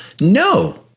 No